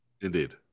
Indeed